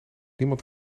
niemand